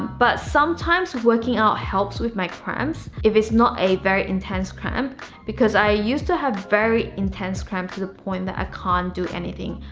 but sometimes working out helps with my cramps, if it's not a very intense cramp because i used to have very intense cramps to the point that i can't do anything.